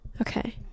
okay